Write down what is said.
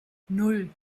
nan